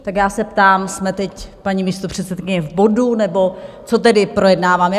Tak já se ptám jsme teď, paní místopředsedkyně v bodu, nebo co tedy projednáváme?